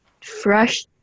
fresh